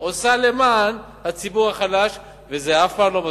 עושה למען הציבור החלש, וזה אף פעם לא מספיק.